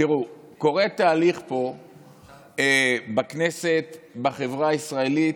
תראו, קורה תהליך פה בכנסת, בחברה הישראלית,